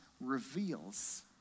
reveals